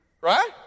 Right